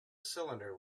cylinder